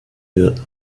würden